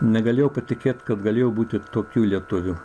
negalėjau patikėt kad galėjo būti tokių lietuvių